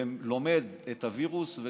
ולומד את הווירוס,